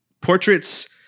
portraits